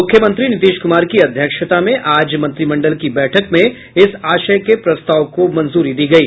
मुख्यमंत्री नीतीश कुमार की अध्यक्षता में आज मंत्रिमंडल की बैठक में इस आशय के प्रस्ताव को मंजूरी दी गयी